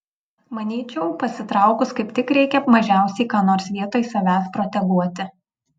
manyčiau pasitraukus kaip tik reikia mažiausiai ką nors vietoj savęs proteguoti